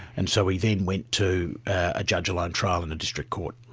and so we then went to a judge-alone trial in a district court.